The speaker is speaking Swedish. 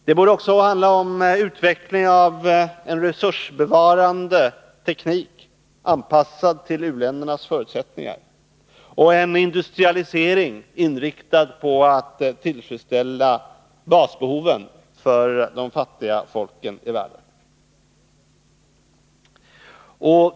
Det borde också handla om utveckling av en resursbevarande teknik, anpassad till u-ländernas förutsättningar, och en industrialisering, inriktad på att tillfredsställa basbehoven för de fattiga folken i världen.